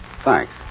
Thanks